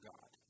God